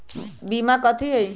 बीमा कथी है?